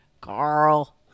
Carl